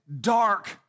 dark